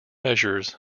measures